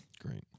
Great